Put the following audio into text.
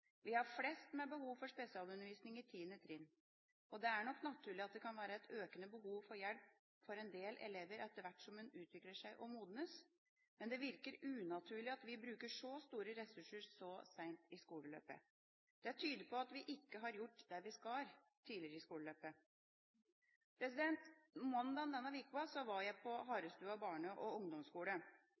Vi har flest med behov for spesialundervisning på 10. trinn. Det er nok naturlig at det kan være et økende behov for hjelp for en del elever etter hvert som en utvikler seg og modnes, men det virker unaturlig at vi bruker så store ressurser så seint i skoleløpet. Det tyder på at vi ikke har gjort det vi skal tidligere i skoleløpet. Mandag denne uka var jeg på Harestua barne- og ungdomsskole. Skolen er én av barne- og